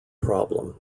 problem